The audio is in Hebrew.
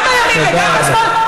גם בימין וגם בשמאל,